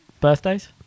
Birthdays